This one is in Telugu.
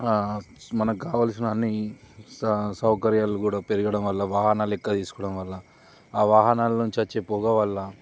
మనకు కావాల్సిన అన్ని సౌకర్యాలు కూడా పెరగడం వల్ల వాహనాలు ఎక్కువ తీసుకోవడం వల్ల ఆ వాహనాల నుంచి వచ్చే పొగ వల్ల